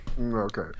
Okay